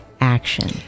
action